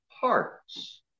parts